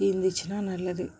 தீந்துச்சுனா நல்லது